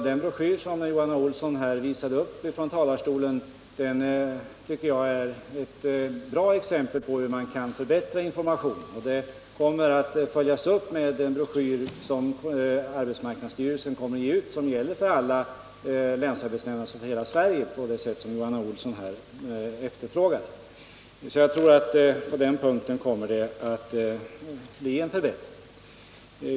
Den broschyr som Johan Olsson här visade upp från talarstolen tycker jag är ett bra exempel på hur man kan förbättra informationen. Denna broschyr skall följas upp med en annan broschyr som arbetsmarknadsstyrelsen kommer att ge ut och som gäller för alla länsarbetsnämnder, alltså för hela Sverige, på det sätt som Johan Olsson här efterfrågar. Jag tror sålunda att på den punkten kommer det att bli en förbättring.